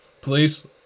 please